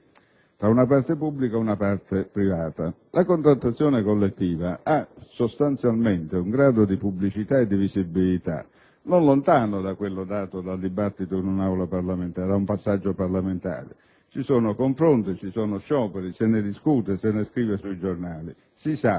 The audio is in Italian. da una parte pubblica e da una parte privata. La contrattazione collettiva ha sostanzialmente un grado di pubblicità e di visibilità non lontano da quello dato da un passaggio parlamentare. Ci sono confronti, scioperi, se ne discute, se ne scrive sui giornali. Si sa,